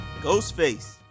Ghostface